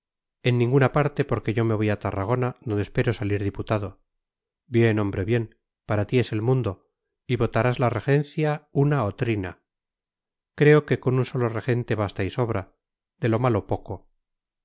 en ninguna parte porque yo me voy a tarragona donde espero salir diputado bien hombre bien para ti es el mundo y votarás la regencia una o trina creo que con un solo regente basta y sobra de lo malo poco